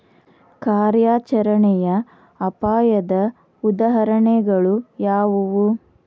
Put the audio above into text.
ಕಾರ್ಯಾಚರಣೆಯ ಅಪಾಯದ ಉದಾಹರಣೆಗಳು ಯಾವುವು